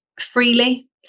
freely